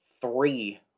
three